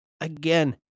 Again